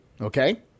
Okay